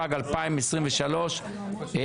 התשפ"ג 2023 (מ/1631) אנחנו חוזרים לנושא הקודם: